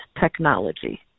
technology